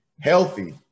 healthy